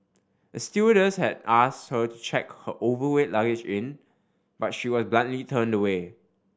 a stewardess had asked her to check her overweight luggage in but she was bluntly turned away